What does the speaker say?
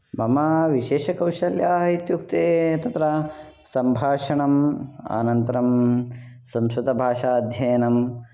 मम विशेषः कौशलः इत्युक्ते तत्र सम्भाषणम् अनन्तरं संस्कृतभाषा अध्ययनं